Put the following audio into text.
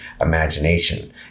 imagination